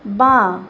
বাঁ